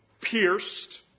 pierced